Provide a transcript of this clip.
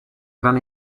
gran